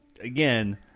again